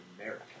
America